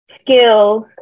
skills